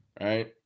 right